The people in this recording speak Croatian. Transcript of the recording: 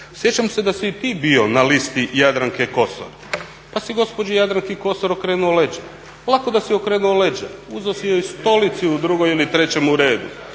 Sjećam se da si i ti bio na listi Jadranke Kosor, pa si gospođi Jadranki Kosor okrenuo leđa. Lako da si okrenuo leđa, uzeo si joj stolicu u drugom ili trećemu redu.